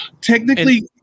Technically